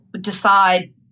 decide